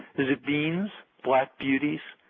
is it beans, black beauties,